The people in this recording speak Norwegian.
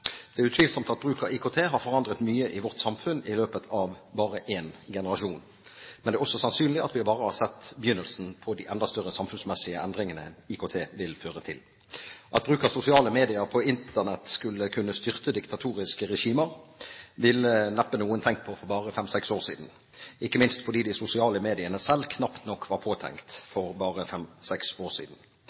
Det er utvilsomt at bruken av IKT har forandret mye i vårt samfunn i løpet av bare én generasjon, men det er også sannsynlig at vi bare har sett begynnelsen på de enda større samfunnsmessige endringene IKT vil føre til. At bruken av sosiale medier på Internett skulle kunne styrte diktatoriske regimer, ville neppe noen tenkt på for bare fem–seks år siden, ikke minst fordi de sosiale mediene selv knapt nok var påtenkt for bare fem–seks år siden.